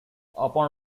upon